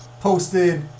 posted